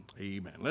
Amen